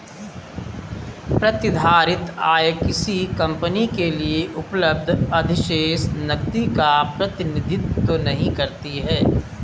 प्रतिधारित आय किसी कंपनी के लिए उपलब्ध अधिशेष नकदी का प्रतिनिधित्व नहीं करती है